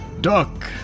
Duck